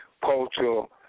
cultural